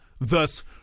thus